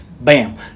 Bam